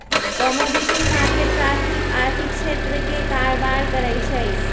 commodity market प्राथमिक आर्थिक क्षेत्र में कारबार करै छइ